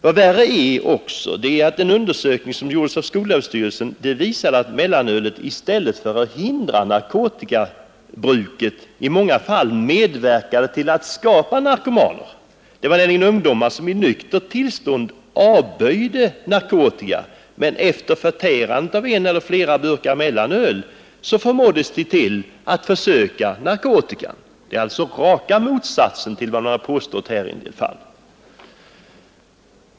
Vad värre är är att en undersökning, som gjordes av skolöverstyrelsen, visade att mellanölet, i stället för att hindra narkotikabruket, i många fall medverkade till att skapa narkomaner. Ungdomar, som i nyktert tillstånd avböjde narkotika, kunde efter förtärande av en eller flera burkar mellanöl förmås till att pröva narkotika. Det är alltså raka motsatsen till vad man har påstått här i en del fall.